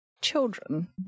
children